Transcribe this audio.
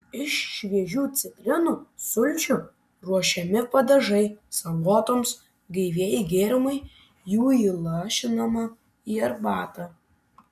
iš šviežių citrinų sulčių ruošiami padažai salotoms gaivieji gėrimai jų įlašinama į arbatą